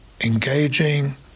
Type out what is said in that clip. engaging